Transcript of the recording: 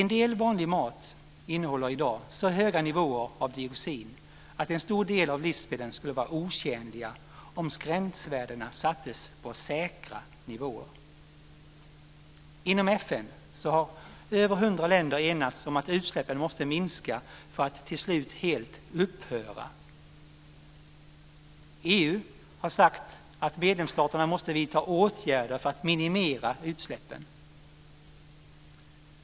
En del vanlig mat innehåller i dag så höga nivåer av dioxin att en stor del av livsmedlen skulle vara otjänliga om gränsvärdena sattes på säkra nivåer. Inom FN har över 100 länder enats om att utsläppen måste minska för att till slut helt upphöra. EU har sagt att medlemsstaterna måste vidta åtgärder för att minimera utsläppen.